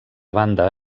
banda